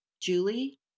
Julie